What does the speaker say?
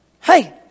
Hey